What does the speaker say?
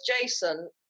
Jason